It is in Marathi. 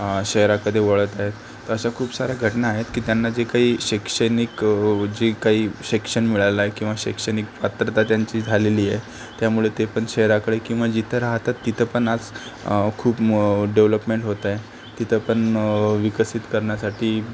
शहराकडे वळत आहेत अशा खूप सार्या घटना आहेत की त्यांना जे काही शैक्षणिक जे आहे शिक्षण मिळालं आहे किंवा शैक्षणिक पात्रता त्यांची झालेली आहे त्यामुळे ते पण शहराकडे किंवा जिथं राहतात तिथं पण आज खूप डेव्हलपमेंट होत आहे तिथं पण विकसित करण्यासाठी